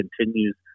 continues